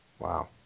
Wow